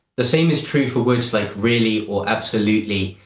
the same is true for words like really or absolutely.